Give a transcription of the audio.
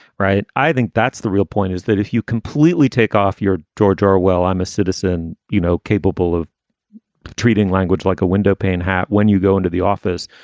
right. i think that's the real point, is that if you completely take off your george orwell, i'm a citizen, you know, capable of treating language like a windowpane. when you go into the office,